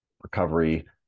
recovery